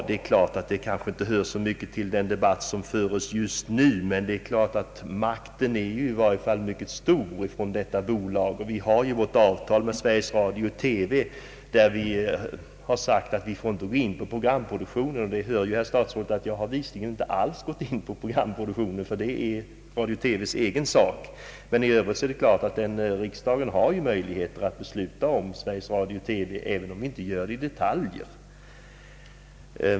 Det kanske inte direkt hör till den debatt som förs just nu, men makten hos detta bolag är i varje fall mycket stor, och vi har ju vårt avtal med Sveriges Radio-TV där vi sagt att vi inte får gå in på programproduktionen. Herr statsrådet har också hört att jag bevisligen inte alls har gjort detta; det är ju Sveriges Radio-TV:s egen sak. I övrigt har ju riksdagen möjlighet att besluta om Sveriges Radio TV, även om vi inte gör det i detalj.